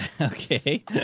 Okay